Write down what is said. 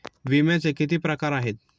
विम्याचे किती प्रकार आहेत?